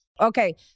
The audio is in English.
Okay